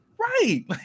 right